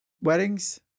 weddings